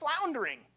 floundering